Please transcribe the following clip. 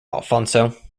alfonso